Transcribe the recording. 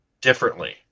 differently